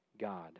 God